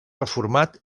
reformat